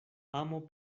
amo